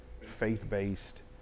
faith-based